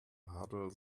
hurdle